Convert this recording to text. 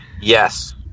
Yes